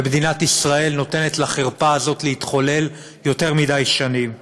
ומדינת ישראל נותנת לחרפה הזאת להתחולל יותר מדי שנים.